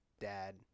dad